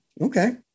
Okay